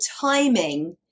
timing